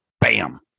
bam